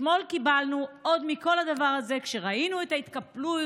אתמול קיבלנו עוד מכל הדבר הזה כשראינו את ההתקפלות